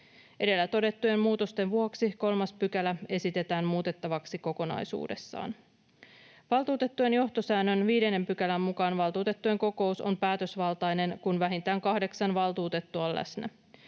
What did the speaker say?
Edellä todettujen muutosten vuoksi 3 § esitetään muutettavaksi kokonaisuudessaan. Valtuutettujen johtosäännön 5 §:n mukaan valtuutettujen kokous on päätösvaltainen, kun vähintään kahdeksan valtuutettua on läsnä.